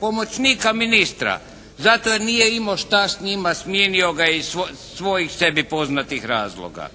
pomoćnika ministra, zato jer nije imao šta s njima, smijenio ga je iz svojih sebi poznatih razloga.